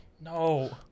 No